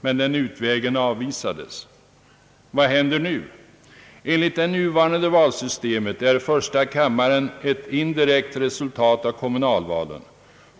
men den utvägen avvisades. Vad händer nu? Enligt det nuvarande valsystemet är första kammaren ett indirekt resultat av kommunalvalen.